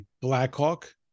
Blackhawk